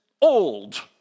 old